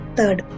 Third